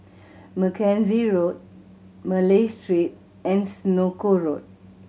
Mackenzie Road Malay Street and Senoko Road